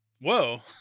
Whoa